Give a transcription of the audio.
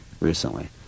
recently